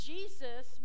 Jesus